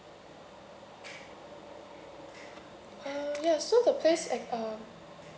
and ya so the base at um